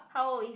how old is